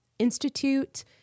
institute